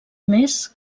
més